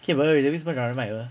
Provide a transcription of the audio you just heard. K brother tapi semua ramai ramai [pe]